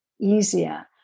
easier